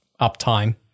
uptime